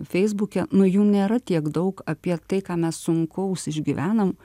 feisbuke nu jų nėra tiek daug apie tai ką mes sunkaus išgyvenam